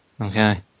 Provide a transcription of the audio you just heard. okay